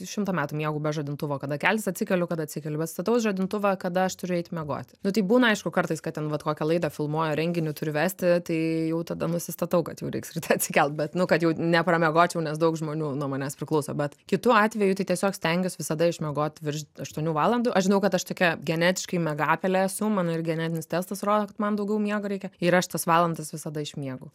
šimtą metų miegu be žadintuvo kada keltis atsikeliu kad atsikeliu bet stataus žadintuvą kada aš turiu eiti miegoti nu tai būna aišku kartais kad ten vat kokia laida filmuoja ar renginį turi vesti tai jau tada nusistatau kad jau reiks ryte atsikelt bet nu kad jau nepramiegočiau nes daug žmonių nuo manęs priklauso bet kitu atveju tai tiesiog stengiuos visada išmiegoti virš aštuonių valandų aš žinau kad aš tokia genetiškai miegapelė esu mano ir genetinis testas rodo kad man daugiau miego reikia ir aš tas valandas visada išmiegu